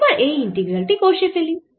এবার এই ইন্টিগ্রাল টি কষে ফেলি